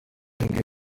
guhinga